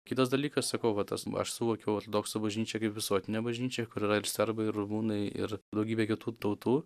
kitas dalykas sakau va tas aš suvokiau ortodoksų bažnyčią kaip visuotinę bažnyčią kur yra ir serbai ir rumunai ir daugybė kitų tautų